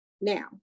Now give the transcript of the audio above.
Now